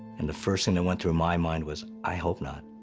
and the first thing that went through my mind was, i hope not.